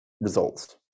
results